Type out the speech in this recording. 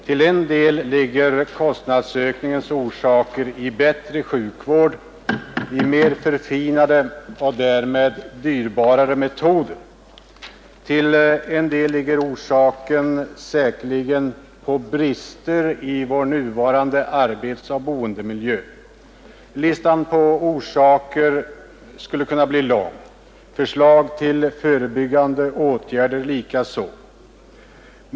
Till en del ligger kostnadsökningens orsaker i bättre sjukvård, i mer förfinade och därmed dyrbarare metoder, men till en del säkerligen också i brister i vår nuvarande arbetsoch boendemiljö. Listan på orsaker skulle kunna bli lång och förslagen till förebyggande åtgärder likaså.